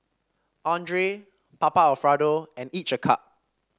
Andre Papa Alfredo and each a cup